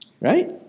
Right